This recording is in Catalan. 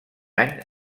any